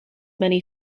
many